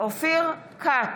אופיר כץ,